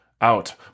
out